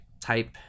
type